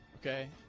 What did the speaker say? Okay